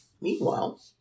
Meanwhile